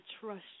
trust